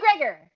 mcgregor